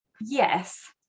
Yes